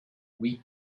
oui